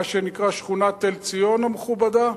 מה שנקרא שכונת תל-ציון המכובדה?